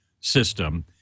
system